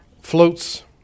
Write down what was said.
floats